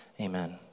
amen